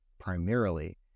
primarily